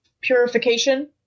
purification